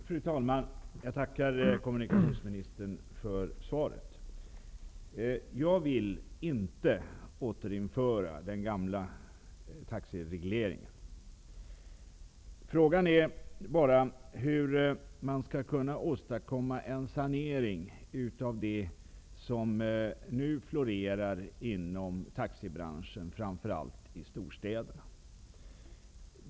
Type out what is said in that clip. Fru talman! Jag tackar kommunikationsministern för svaret. Jag vill inte återinföra den gamla taxiregleringen. Frågan är bara hur man skall kunna åstadkomma en sanering av det som nu florerar inom taxibranschen, framför allt i storstäderna.